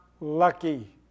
lucky